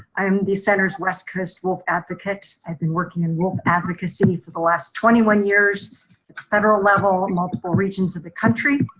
i'm the center's west coast wolves advocate. i've been working in wolves advocacy for the last twenty one years at federal level and multiple regions of the country.